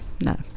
No